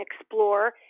explore